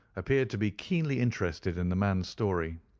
appeared to be keenly interested in the man's story.